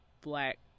black